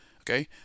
Okay